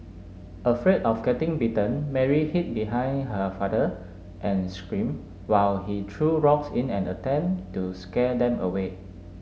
afraid of getting bitten Mary hid behind her father and scream while he threw rocks in an attempt to scare them away